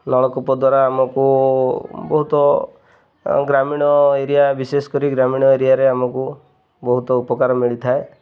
ନଳକୂପ ଦ୍ୱାରା ଆମକୁ ବହୁତ ଗ୍ରାମୀଣ ଏରିଆ ବିଶେଷ କରି ଗ୍ରାମୀଣ ଏରିଆରେ ଆମକୁ ବହୁତ ଉପକାର ମିଳିଥାଏ